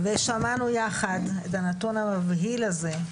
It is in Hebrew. ושמענו יחד את הנתון המבהיל הזה,